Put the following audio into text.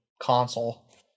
console